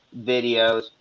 videos